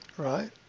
Right